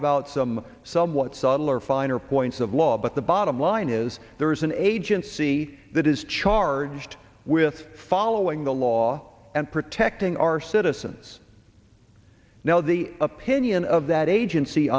about some somewhat subtler finer points of law but the bottom line is there is an agency that is charged with following the law and protecting our citizens now the opinion of that agency